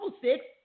six